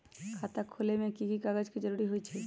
खाता खोले में कि की कागज के जरूरी होई छइ?